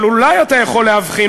אבל אולי אתה יכול להבחין,